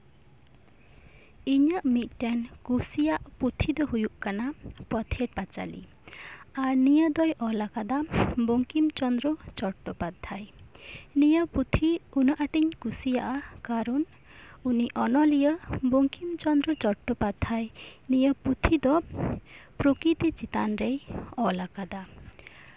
ᱤᱧᱟᱹᱜ ᱢᱤᱫᱴᱮᱱ ᱠᱩᱥᱤᱭᱟᱜ ᱯᱩᱛᱷᱤ ᱫᱚ ᱦᱩᱭᱩᱜ ᱠᱟᱱᱟ ᱯᱚᱛᱷᱮᱨ ᱯᱟᱸᱪᱟᱞᱤ ᱟᱨ ᱱᱤᱭᱟᱹ ᱫᱚᱭ ᱚᱞ ᱟᱠᱟᱫᱟ ᱵᱚᱝᱠᱤᱢ ᱪᱚᱸᱱᱫᱽᱨᱚ ᱪᱳᱴᱴᱚ ᱯᱟᱫᱽᱫᱷᱟᱭ ᱱᱤᱭᱟᱹ ᱯᱩᱛᱷᱤ ᱩᱱᱟᱹᱜ ᱟᱸᱴ ᱤᱧ ᱠᱩᱥᱤᱭᱟᱜᱼᱟ ᱠᱟᱨᱚᱱ ᱩᱱᱤ ᱚᱱᱚᱞᱤᱭᱟᱹ ᱵᱚᱝᱠᱤᱢ ᱪᱚᱸᱫᱽᱨᱚ ᱪᱳᱴᱴᱳ ᱯᱟᱫᱽᱫᱷᱟᱭ ᱱᱤᱭᱟᱹ ᱯᱩᱛᱷᱤ ᱫᱚ ᱯᱨᱚᱠᱤᱛᱤ ᱪᱮᱛᱟᱱᱨᱮᱭ ᱚᱞ ᱟᱠᱟᱫᱟ